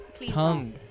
Tongue